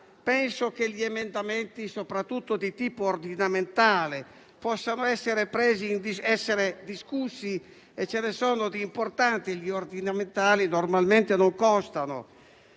Penso che gli emendamenti soprattutto di tipo ordinamentale possano essere discussi, e ce ne sono di importanti (quelli ordinamentali normalmente non comportano